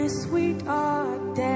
sweetheart